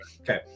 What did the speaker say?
okay